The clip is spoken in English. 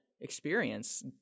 experience